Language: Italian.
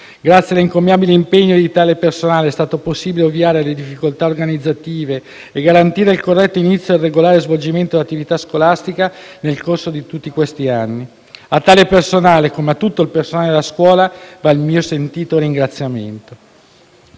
Grazie all'encomiabile impegno di tale personale è stato possibile ovviare alle difficoltà organizzative e garantire il corretto inizio e il regolare svolgimento dell'attività scolastica nel corso di tutti questi anni; a tale personale, come a tutto il personale della scuola, va il mio sentito ringraziamento.